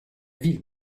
ville